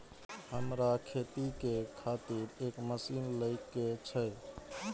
हमरा खेती के खातिर एक मशीन ले के छे?